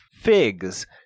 Figs